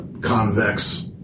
convex